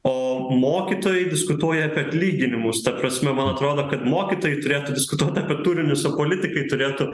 o mokytojai diskutuoja apie atlyginimus ta prasme man atrodo kad mokytojai turėtų diskutuot apie turinius o politikai turėtų